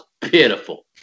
pitiful